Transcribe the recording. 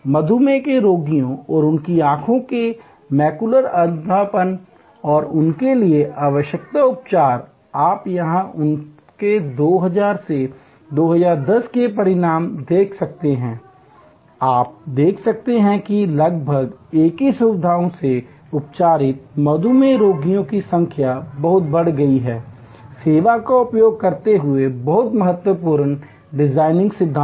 मधुमेह के रोगियों और उनकी आंखों के मैकुलर अध पतन और उनके लिए आवश्यक उपचार और आप यहां उनके 2000 से 2010 के परिणाम देख सकते हैं और आप देख सकते हैं कि लगभग एक ही सुविधा से उपचारित मधुमेह रोगियों की संख्या बहुत बढ़ गई है सेवा का उपयोग करते हुए बहुत महत्वपूर्ण डिज़ाइन सिद्धांत